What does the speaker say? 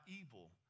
evil